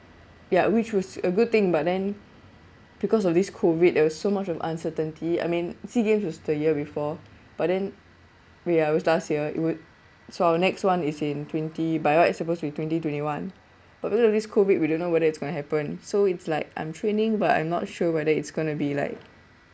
ya which was a good thing but then because of this COVID there was so much of uncertainty I mean SEA games was the year before but then right was last year it would so our next [one] is in twenty by right it's supposed to be twenty twenty one but because of this COVID we don't know whether it's going to happen so it's like I'm training but I'm not sure whether it's going to be like